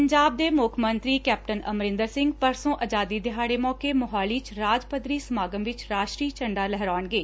ਪੰਜਾਬ ਦੇ ਮੁੱਖ ਮੰਤਰੀ ਕੈਪਟਨ ਅਮਰਿੰਦਰ ਸਿੰਘ ਪਰਸੋ ਆਜ਼ਾਦੀ ਦਿਹਾੜੇ ਮੌਕੇ ਮੋਹਾਲੀ ਚ ਰਾਜ ਪੱਧਰੀ ਸਮਾਗਮ ਵਿਚ ਰਾਸ਼ਟਰੀ ਝੰਡਾ ਲਹਿਰਾਉਣਗੇ